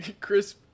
Chris